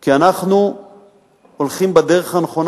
כי אנחנו הולכים בדרך הנכונה.